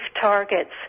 targets